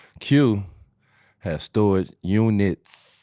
q has storage units